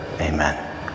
Amen